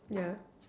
yeah